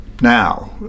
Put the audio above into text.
now